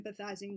empathizing